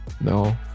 No